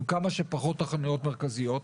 עם כמה שפחות תחנות מרכזיות.